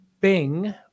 Bing